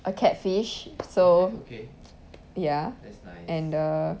a cat fish so ya and the